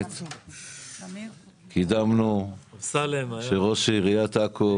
ראש עיריית עכו